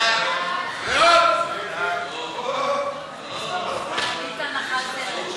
בעד ההסתייגות, 17, נגדה, 39, אין נמנעים.